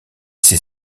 s’est